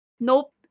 Nope